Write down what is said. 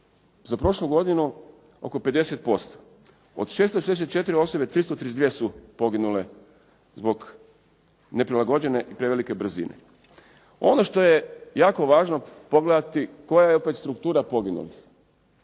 Za prošlu godinu oko 50%. Od 664 osobe 332 su poginule zbog neprilagođene i prevelike brzine. Ono što je jako važno pogledati koja je opet struktura poginulih.